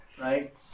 right